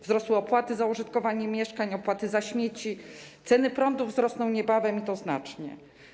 Wzrosły opłaty za użytkowanie mieszkań, opłaty za wywóz śmieci, ceny prądu wzrosną niebawem i to znacznie.